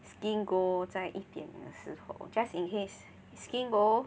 SkinGO 在一点的时候 just in case SkinGO